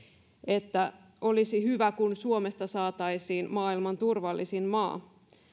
että olisi hyvä kun suomesta saataisiin maailman turvallisin maa